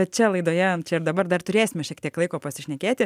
bet čia laidoje čia ir dabar dar turėsime šiek tiek laiko pasišnekėti